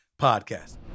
podcast